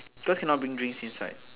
because cannot bring drinks inside